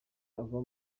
ava